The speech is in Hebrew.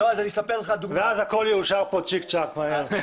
אז הכול יאושר כאן מהר.